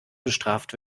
bestraft